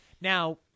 now